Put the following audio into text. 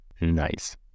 Nice